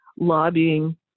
lobbying